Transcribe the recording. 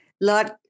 lot